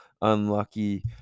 unlucky